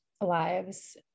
lives